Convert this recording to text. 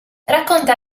racconta